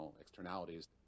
externalities